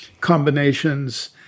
combinations